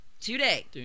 Today